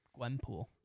Gwenpool